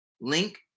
link